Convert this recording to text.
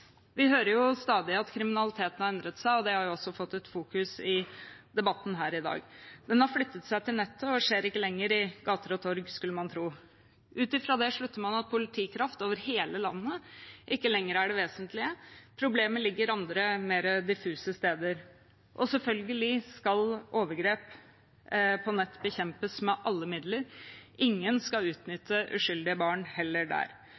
Vi hører jo stadig at kriminaliteten har endret seg, og det har også fått fokus i debatten her i dag. Den har flyttet seg til nettet og skjer ikke lenger på gater og torg, skulle man tro. Ut fra det slutter man at politikraft over hele landet ikke lenger er det vesentlige – problemet ligger andre, mer diffuse, steder. Selvfølgelig skal overgrep på nett bekjempes med alle midler. Ingen skal utnytte uskyldige barn der heller.